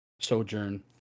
Sojourn